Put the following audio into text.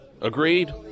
Agreed